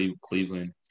Cleveland